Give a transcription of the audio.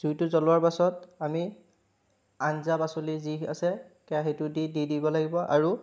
জুইটো জ্বলোৱাৰ পাছত আমি আঞ্জা পাচলি যি আছে কেৰাহীটো দি দি দিব লাগিব আৰু